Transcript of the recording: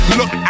Look